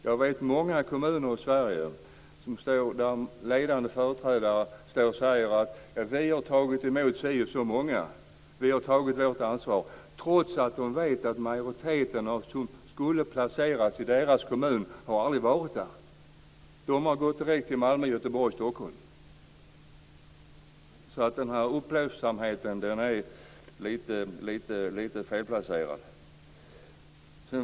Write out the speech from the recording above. Jag vet många kommuner där ledande företrädare säger att de har tagit emot si och så många och att de har tagit sitt ansvar, trots att de vet att majoriteten som skulle ha placerats i deras kommun aldrig har kommit dit. De har kommit direkt till Malmö, Göteborg och Stockholm. Den uppblåsta attityden är felplacerad.